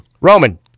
Roman